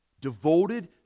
Devoted